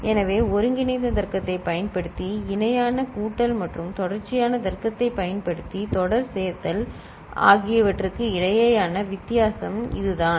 எனவே ஒருங்கிணைந்த தர்க்கத்தைப் பயன்படுத்தி இணையான கூட்டல் மற்றும் தொடர்ச்சியான தர்க்கத்தைப் பயன்படுத்தி தொடர் சேர்த்தல் ஆகியவற்றுக்கு இடையேயான வித்தியாசம் இதுதான்